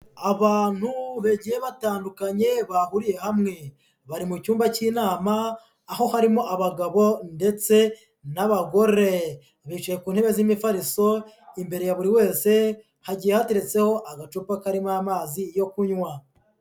Abantu bagiye batandukanye bahuriye hamwe, bari mu cyumba cy'inama aho harimo abagabo ndetse n'abagore, bicaye ku ntebe z'imifariso, imbere ya buri wese hagiye hateretseho agacupa karimo amazi yo kunywa.